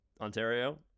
Ontario